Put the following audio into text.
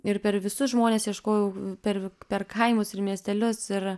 ir per visus žmones ieškojau per per kaimus ir miestelius ir